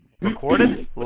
Recorded